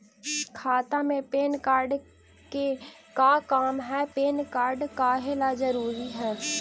खाता में PAN card के का काम है पैन कार्ड काहे ला जरूरी है?